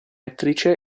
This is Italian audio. attrice